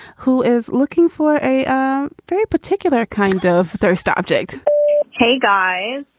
who is looking for a very particular kind of first object hey, guys,